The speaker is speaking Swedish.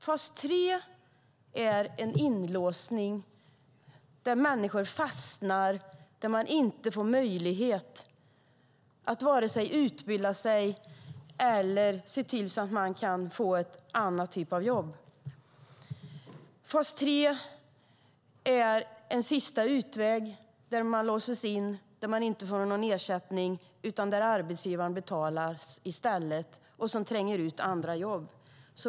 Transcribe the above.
Fas 3 är en inlåsning där människor fastnar och inte får möjlighet att vare sig utbilda sig eller få en annan typ av jobb. Fas 3 är en sista utväg där man låses in och inte får någon ersättning. I stället betalas arbetsgivaren, och andra jobb trängs undan.